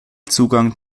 zugang